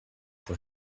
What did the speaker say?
pour